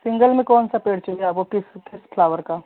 single में कौन सा पेड़ चाहिए आपको किस किस फ्लावर का